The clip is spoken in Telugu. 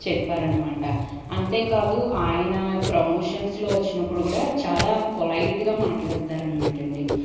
చెప్పారనమాట అంతేకాదు ఆయన ప్రమోషన్స్లో వచ్చినప్పుడు కూడా చాలా పొలైట్గా మాట్లాడతారనమాటండి